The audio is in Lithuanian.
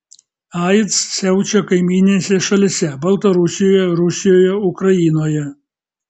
aids siaučia kaimyninėse šalyse baltarusijoje rusijoje ukrainoje